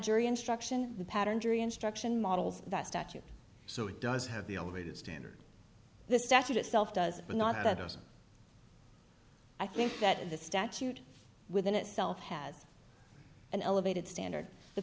jury instruction the pattern jury instruction models that statute so it does have the elevated standard the statute itself does not that doesn't i think that the statute within itself has an elevated standard the